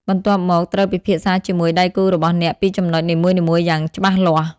បន្ទាប់មក ត្រូវពិភាក្សាជាមួយដៃគូរបស់អ្នកពីចំណុចនីមួយៗយ៉ាងច្បាស់លាស់។